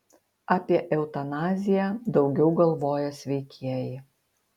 apie eutanaziją daugiau galvoja sveikieji